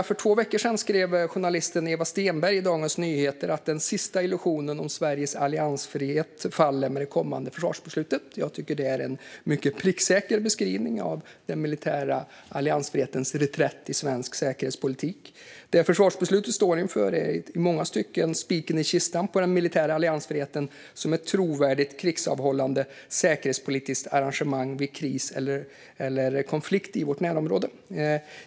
För två veckor sedan skrev journalisten Eva Stenberg i Dagens Nyheter att den sista illusionen om Sveriges alliansfrihet faller med det kommande försvarsbeslutet. Jag tycker att det är en mycket pricksäker beskrivning av den militära alliansfrihetens reträtt i svensk säkerhetspolitik. Det försvarsbeslutet står inför är i många stycken spiken i kistan för den militära alliansfriheten som ett trovärdigt krigsavhållande, säkerhetspolitiskt arrangemang vid kris eller konflikt i vårt närområde.